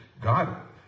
God